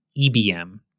EBM